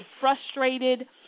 frustrated